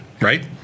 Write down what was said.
right